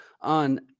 on